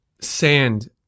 sand